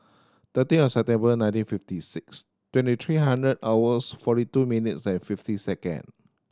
thirteen of September nineteen fifty six twenty three hundred hours forty two minutes and fifty second